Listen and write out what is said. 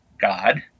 God